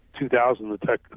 2000